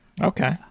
okay